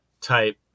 type